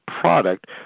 product